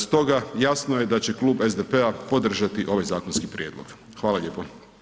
Stoga, jasno je da će Klub SDP-a podržati ovaj zakonski prijedlog, hvala lijepo.